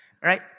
right